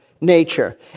nature